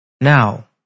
Now